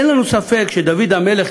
אין לנו ספק שדוד המלך,